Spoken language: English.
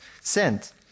sent